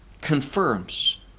confirms